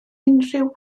unrhyw